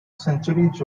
centuries